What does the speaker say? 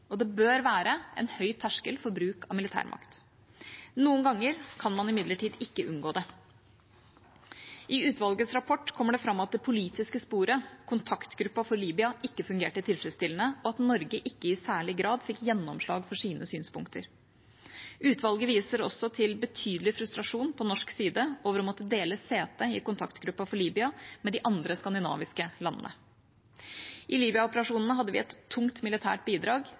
Det bør være en høy terskel for bruk av militærmakt. Noen ganger kan man imidlertid ikke unngå det. I utvalgets rapport kommer det fram at det politiske sporet, kontaktgruppa for Libya, ikke fungerte tilfredsstillende, og at Norge ikke i særlig grad fikk gjennomslag for sine synspunkter. Utvalget viser også til betydelig frustrasjon på norsk side over å måtte dele sete i kontaktgruppa for Libya med de andre skandinaviske landene. I Libya-operasjonene hadde vi et tungt militært bidrag,